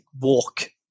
walk